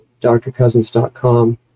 drcousins.com